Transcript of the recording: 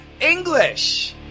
English